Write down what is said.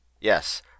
Yes